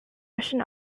russian